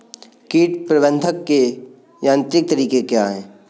कीट प्रबंधक के यांत्रिक तरीके क्या हैं?